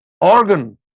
organ